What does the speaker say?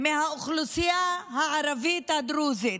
מהאוכלוסייה הערבית הדרוזית.